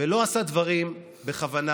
ולא עשה דברים בכוונה,